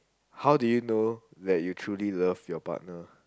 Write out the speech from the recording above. how do you know that you truly love your partner